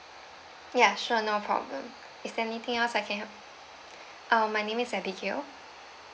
ya sure no problem is there anything else I can help uh my name is abigail